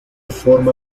forma